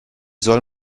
soll